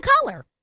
color